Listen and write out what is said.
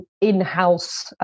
in-house